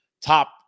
top